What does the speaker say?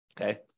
Okay